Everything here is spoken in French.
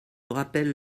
rappelle